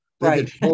Right